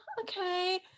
okay